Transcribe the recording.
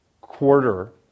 quarter